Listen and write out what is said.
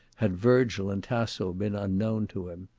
had virgil and tasso been unknown to him.